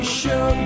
show